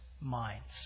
minds